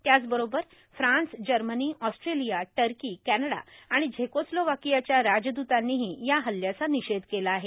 त्याचबरोबर France Germany Australia Turkey Canada आणि झेकोस्लोवाकियाच्या राजद्तांनीही या हल्ल्याचा निषेध केला आहे